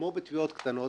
כמו בתביעות קטנות,